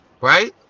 right